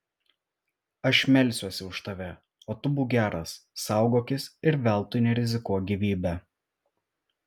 aš melsiuosi už tave o tu būk geras saugokis ir veltui nerizikuok gyvybe